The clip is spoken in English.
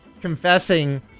confessing